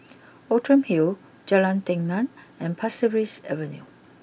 Outram Hill Jalan Telang and Pasir Ris Avenue